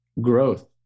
Growth